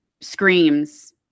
screams